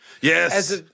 Yes